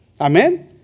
Amen